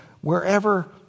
wherever